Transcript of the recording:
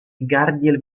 gardiel